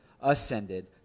ascended